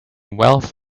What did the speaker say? wealth